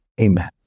amen